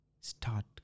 start